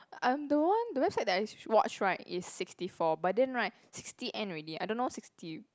um the one the website that I watch right is sixty four but then right sixty end already I don't know sixty